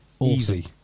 Easy